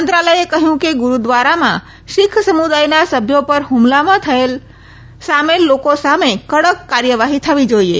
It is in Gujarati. મંત્રાલયે કહ્યું કે ગુરૂદ્વારામાં શિખ સમુદાયના સભ્યો પર હુમલામાં સામેલ લોકો સામે કડક કાર્યવાહી થવી જોઇએ